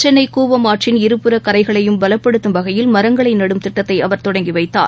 சென்னைகூவம் ஆற்றின் இருபுற கரைகளையும் பலப்படுத்தும் வகையில் மரங்களைநடும் திட்டத்தைஅவர் தொடங்கிவைத்தார்